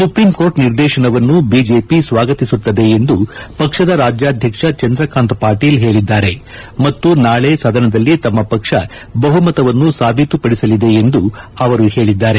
supreme court ನಿರ್ದೇಶನವನ್ನು BJP ಸ್ವಾಗತಿಸುತ್ತದೆ ಎಂದು ಪಕ್ಷದ ರಾಜ್ಯಾಧ್ಯಕ್ಷ ಚಂದ್ರಕಾಂತ್ ಪಾಟೀಲ್ ಹೇಳಿದ್ದಾರೆ ಮತ್ತು ನಾಳೆ ಸದನದಲ್ಲಿ ತಮ್ಮ ಪಕ್ಷ ಬಹುಮತವನ್ನು ಸಾಬೀತು ಪದಿಸಲಿದೆ ಎಂದು ಅವರು ಹೇಳಿದ್ದಾರೆ